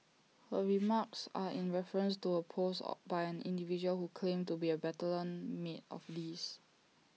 her remarks are in reference to A post by an individual who claimed to be A battalion mate of Lee's